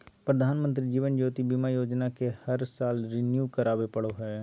प्रधानमंत्री जीवन ज्योति बीमा योजना के हर साल रिन्यू करावे पड़ो हइ